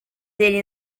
ele